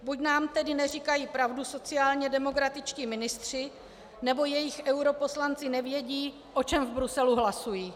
Buď nám tedy neříkají pravdu sociálně demokratičtí ministři, nebo jejich europoslanci nevědí, o čem v Bruselu hlasují.